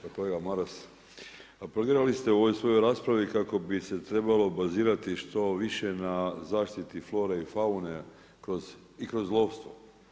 Pa kolega Maras, aplaudirali ste u ovoj svojoj raspravi kako bi se trebalo bazirati što više na zaštiti flore i faune i kroz lovstvo.